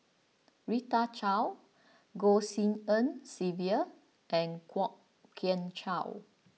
Rita Chao Goh Tshin En Sylvia and Kwok Kian Chow